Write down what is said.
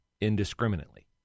indiscriminately